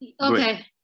Okay